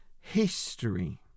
history